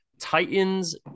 Titans